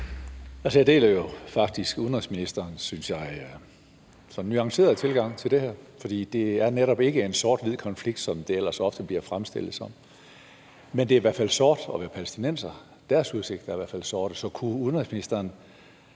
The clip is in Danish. Jeg deler jo faktisk udenrigsministerens, synes jeg, nuancerede tilgang til det her. For det er netop ikke en sort-hvid konflikt, som det ellers ofte bliver fremstillet som. Men det er i hvert fald sort at være palæstinenser. Deres udsigter er i hvert fald sorte. Så kunne udenrigsministeren